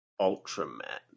Ultraman